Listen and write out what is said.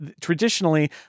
traditionally